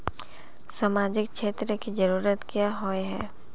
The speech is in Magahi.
सामाजिक क्षेत्र की जरूरत क्याँ होय है?